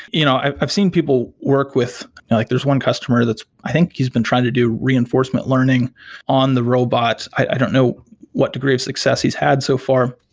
you know i've seen people work with like there's one customer that i think he's been trying to do reinforcement learning on the robot. i don't know what degree of success he's had so far.